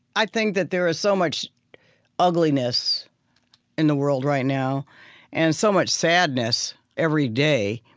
i think that there is so much ugliness in the world right now and so much sadness every day.